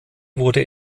wurde